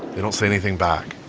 they don't say anything back